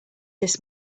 this